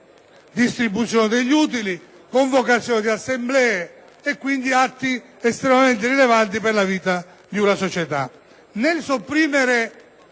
distribuzione degli utili, convocazione di assemblee; atti, quindi, estremamente rilevanti per la vita di una societa.